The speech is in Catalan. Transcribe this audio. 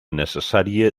necessària